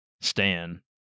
Stan